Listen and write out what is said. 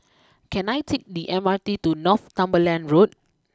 can I take the M R T to Northumberland Road